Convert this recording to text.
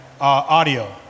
audio